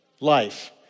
life